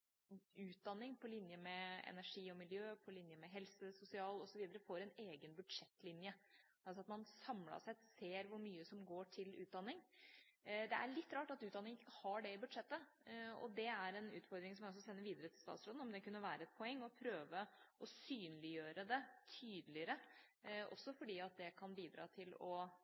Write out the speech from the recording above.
man samlet sett ser hvor mye som går til utdanning. Det er litt rart at utdanning ikke har det i budsjettet, og det er en utfordring som jeg sender videre til statsråden, om det kunne være et poeng å prøve å synliggjøre det tydeligere, også fordi det kan bidra til å